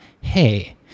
hey